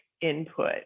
input